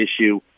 issue